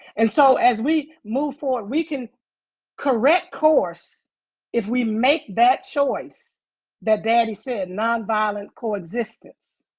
and so, as we move forward, we can correct course if we make that choice that daddy said, nonviolent coexistence.